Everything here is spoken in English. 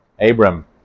Abram